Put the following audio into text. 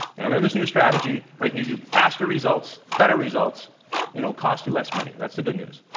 and know, this new strategy, i can give you faster results, better results, and it'll cost you less money. that's the good news.